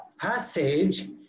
passage